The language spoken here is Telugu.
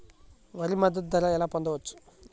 వరి మద్దతు ధర ఎలా పొందవచ్చు?